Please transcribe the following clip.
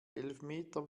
elfmeter